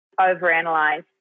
overanalyze